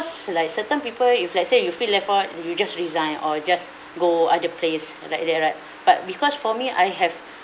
like certain people if let's say you feel left out you just resign or just go other place like that right but because for me I have